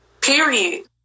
Period